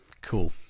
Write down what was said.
cool